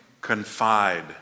confide